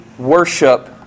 worship